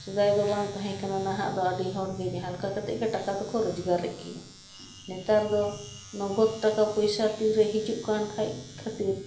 ᱥᱮᱫᱟᱭ ᱫᱚ ᱵᱟᱝ ᱛᱟᱦᱮᱸ ᱠᱟᱱᱟ ᱱᱟᱦᱟᱜ ᱫᱚ ᱟᱹᱰᱤ ᱦᱚᱲᱜᱮ ᱡᱟᱦᱟᱸ ᱞᱮᱠᱟ ᱠᱟᱛᱮᱫ ᱜᱮ ᱴᱟᱠᱟ ᱫᱚᱠᱚ ᱨᱚᱡᱽᱜᱟᱨᱮᱫ ᱜᱮᱭᱟ ᱱᱮᱛᱟᱨ ᱫᱚ ᱱᱚᱜᱚᱫ ᱴᱟᱠᱟ ᱯᱚᱭᱥᱟ ᱛᱤᱨᱮ ᱦᱤᱡᱩᱜ ᱠᱟᱱ ᱠᱷᱟᱡ ᱠᱷᱟᱹᱛᱤᱨ